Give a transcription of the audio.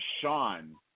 sean